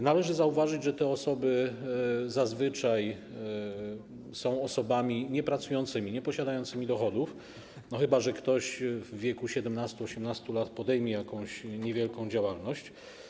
Należy zauważyć, że te osoby zazwyczaj są osobami niepracującymi, nieposiadającymi dochodów, chyba że ktoś w wieku 17, 18 lat podejmie niewielką działalność.